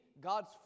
God's